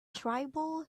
tribal